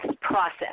process